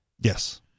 Yes